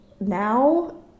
now